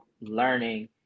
learning